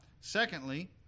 secondly